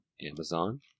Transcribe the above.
Amazon